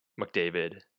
McDavid